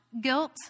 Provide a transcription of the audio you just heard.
guilt